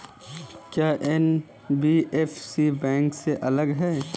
क्या NBFC bank से अलग है?